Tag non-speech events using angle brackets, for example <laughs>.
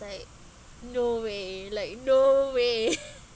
like no way like no way <laughs>